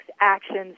actions